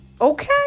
Okay